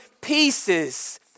pieces